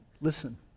Listen